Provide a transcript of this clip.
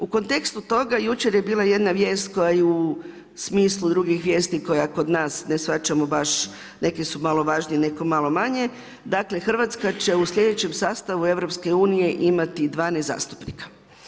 U kontekstu toga jučer je bila jedna vijest koja i u smislu drugih vijesti koja kod nas ne shvaćamo baš, neke su malo važnije, neka malo manje, dakle Hrvatska će u sljedećem sastavu EU imati 12 zastupnika.